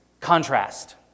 contrast